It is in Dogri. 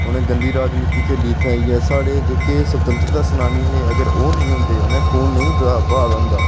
उ'नें गंदी राजनीती खेली इत्थै आइयै साढ़े जेह्के स्बतत्रतां सेनानी हे अगर ओह् नेई होंदे उ'नें खून नेई हा बहाए दा होंदा